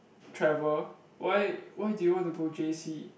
travel why why did you want go j_c